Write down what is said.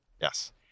Yes